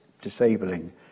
disabling